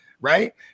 right